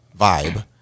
vibe